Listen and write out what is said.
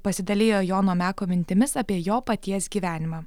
pasidalijo jono meko mintimis apie jo paties gyvenimą